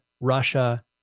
Russia